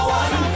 one